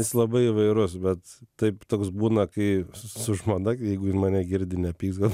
jis labai įvairus bet taip toks būna kai su žmona jeigu ji mane girdi nepyks gal